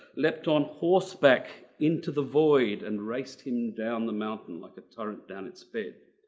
leapt on horse back into the void and raced him down the mountain like a torrent down its bed.